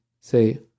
say